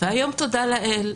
והיום תודה לאל,